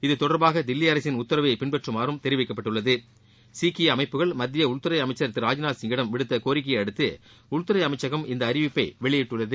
இது தொடர்பாக தில்லி அரசின் உத்தரவை பின்பற்றுமாறும் தெரிவிக்கப்பட்டுள்ளது சீக்கிய அமைப்புகள் மத்திய உள்துறை அமைச்சர் திரு ராஜ்நாத் சிங்கிடம் விடுத்த கோரிக்கையையடுத்து உள்துறை அமைச்சகம் இந்த அறிவிப்பை வெளியிட்டுள்ளது